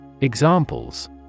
Examples